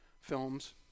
films